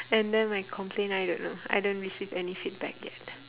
and then my complain I don't know I don't receive any feedback yet